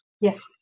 yes